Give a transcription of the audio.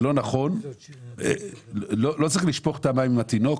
שזה לא נכון ולא צריך לשפוך את המים עם התינוק.